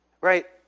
right